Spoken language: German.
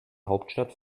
hauptstadt